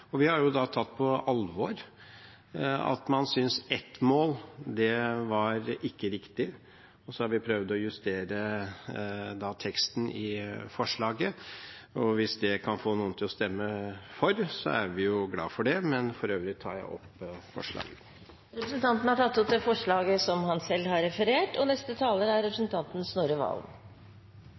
Vi har tatt på alvor at man synes ett mål ikke var riktig. Så har vi prøvd å justere teksten i forslaget. Hvis det kan få noen til å stemme for, er vi glad for det. For øvrig tar jeg opp forslaget fra Kristelig Folkeparti. Representanten Hans Olav Syversen har tatt opp det forslaget han